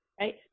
Right